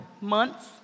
months